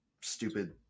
stupid